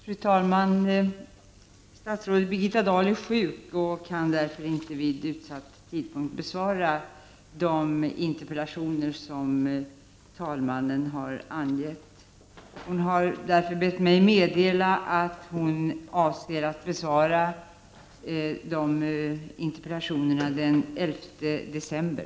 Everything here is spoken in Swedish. Fru talman! Statsrådet Birgitta Dahl är sjuk och kan därför inte vid utsatt tidpunkt besvara de angivna interpellationerna. Hon har därför bett mig meddela att hon avser att besvara dessa interpellationer den 11 december.